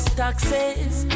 taxes